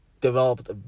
developed